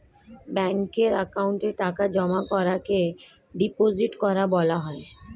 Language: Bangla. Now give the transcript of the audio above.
ব্যাঙ্কের অ্যাকাউন্টে টাকা জমা করাকে ডিপোজিট করা বলা হয়